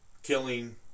killing